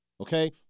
okay